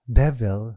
devil